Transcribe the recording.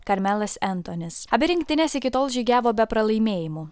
karmelas entonis abi rinktinės iki tol žygiavo be pralaimėjimų